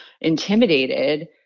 intimidated